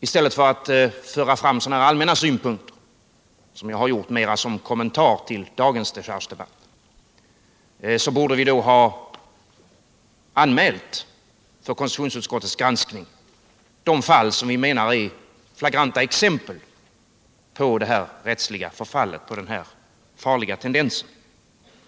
i stället för att föra fram sådana här allmänna synpunkter, vilket jag har gjort mer som kommentar till dagens dechargedebatt — har anmält för konstitutionsutskottets granskning de fall vi menar är flagranta exempel på det rättsliga förfall och den farliga tendens som vi talar om.